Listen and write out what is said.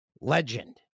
legend